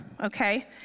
okay